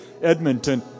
Edmonton